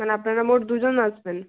মানে আপনারা মোট দুজন আসবেন